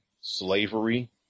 slavery